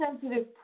sensitive